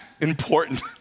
important